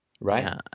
Right